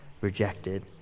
rejected